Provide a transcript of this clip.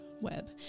web